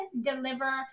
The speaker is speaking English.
deliver